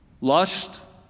lust